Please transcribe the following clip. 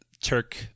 Turk